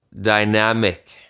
dynamic